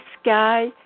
sky